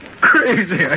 Crazy